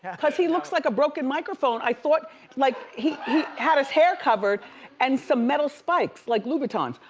because he looks like a broken microphone. i thought like he had his hair covered and some metal spikes like lou batons,